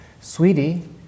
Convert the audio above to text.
sweetie